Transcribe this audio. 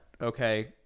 okay